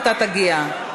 אתה תגיע.